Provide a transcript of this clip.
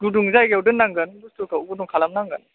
गुदुं जायगायाव दोननांगोन बुस्थुखौ गुदुं खालाम नांगोन